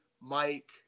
Mike